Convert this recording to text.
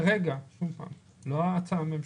כרגע לא ההצעה הממשלתית,